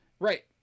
Right